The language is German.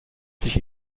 sich